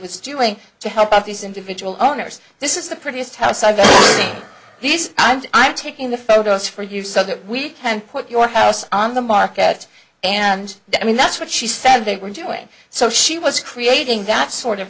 was doing to help these individual owners this is the prettiest house i've done this and i'm taking the photos for you so that we can put your house on the market and i mean that's what she said they were doing so she was creating that sort of